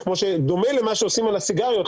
דומה למה שעושים על הסיגריות,